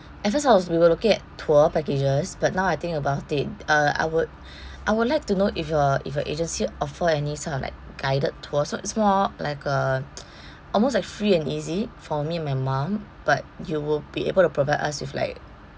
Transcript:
at first I was we were looking at tour packages but now I think about it uh I would I would like to know if your if your agency offer any some of like guided tour so it's more like a almost like free and easy for me and my mom but you will be able to provide us with like